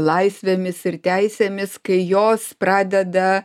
laisvėmis ir teisėmis kai jos pradeda